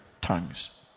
tongues